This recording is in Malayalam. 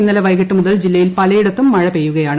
ഇന്നലെ വൈകിട്ട് മുതൽ ജില്ലയിൽ പലയിടത്തും മഴ് പെയ്യുകയാണ്